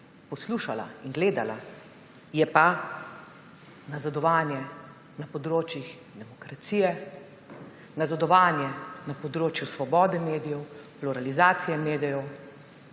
poslušala in gledala, je pa nazadovanje na področjih demokracije, nazadovanje na področju svobode medije, pluralizacije medijev,